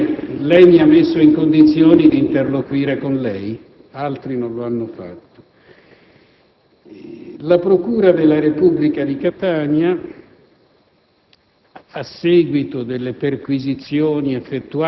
dell'interno*. Allora non lo posso dire; lei mi ha messo in condizioni d'interloquire con lei, altri non lo hanno fatto. La procura della Repubblica di Catania,